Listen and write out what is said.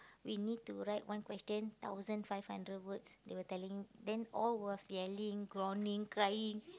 we need to write one question thousand five hundred words they were telling then all was yelling groaning crying